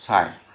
চায়